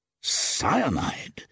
Cyanide